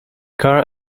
car